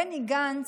בני גנץ,